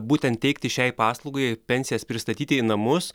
būtent teikti šiai paslaugai pensijas pristatyti į namus